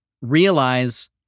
realize